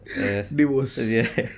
divorce